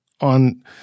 on